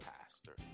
pastor